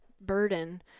burden